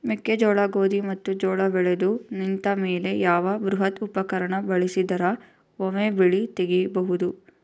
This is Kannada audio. ಮೆಕ್ಕೆಜೋಳ, ಗೋಧಿ ಮತ್ತು ಜೋಳ ಬೆಳೆದು ನಿಂತ ಮೇಲೆ ಯಾವ ಬೃಹತ್ ಉಪಕರಣ ಬಳಸಿದರ ವೊಮೆ ಬೆಳಿ ತಗಿಬಹುದು?